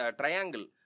triangle